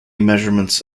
measurements